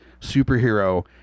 superhero